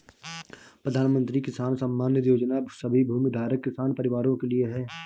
प्रधानमंत्री किसान सम्मान निधि योजना सभी भूमिधारक किसान परिवारों के लिए है